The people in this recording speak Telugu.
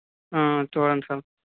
చూడండి సార్